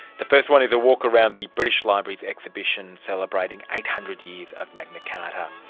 the first one is a walk around the british library's exhibition celebrating eight hundred years of magna carta.